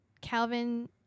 Calvin